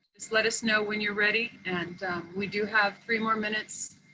just let us know when you're ready. and we do have three more minutes.